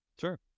Sure